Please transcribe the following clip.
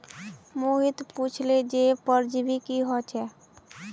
मोहित पुछले जे परजीवी की ह छेक